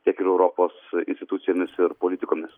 tiek ir europos institucijomis ir politikomis